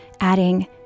adding